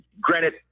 granted